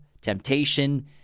temptation